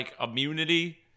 immunity